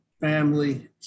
family